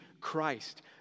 Christ